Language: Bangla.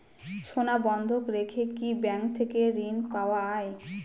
সোনা বন্ধক রেখে কি ব্যাংক থেকে ঋণ পাওয়া য়ায়?